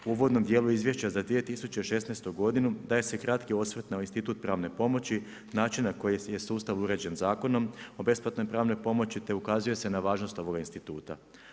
U uvodnom dijelu izvješća za 2016. godinu daje se kratki osvrt na institut pravne pomoći, način na koji je sustav uređen zakonom o besplatnoj pravnoj pomoći te ukazuje se na važnost ovog instituta.